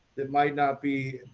that might not be,